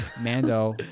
Mando